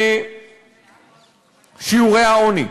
בשיעורי העוני.